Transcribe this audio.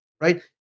right